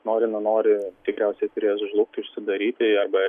nori nenori tikriausiai turės žlugt užsidaryti arba